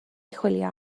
chwilio